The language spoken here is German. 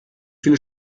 viele